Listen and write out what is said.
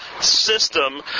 system